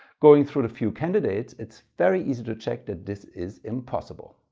going through a few candidates it's very easy to check that this is impossible.